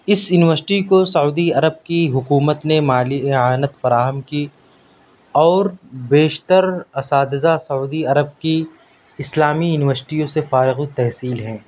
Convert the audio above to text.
اس university کو سعودی عرب کی حکومت نے مالی اعانت فراہم کی اور بیشتر اساتذہ سعودی عرب کی اسلامی یونیوسٹیوں سے فارغ التحصیل ہیں